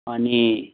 अनि